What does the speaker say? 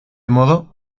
modo